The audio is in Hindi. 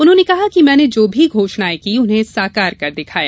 उन्होंने कहा कि मैने जो भी घोषणायें की उन्हें साकार कर दिखाया